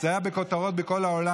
זה היה בכותרות בכל העולם.